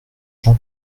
jean